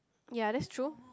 ya that's true